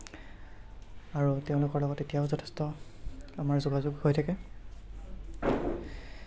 আৰু তেওঁলোকৰ লগত এতিয়াও যথেষ্ট আমাৰ যোগাযোগ হৈ থাকে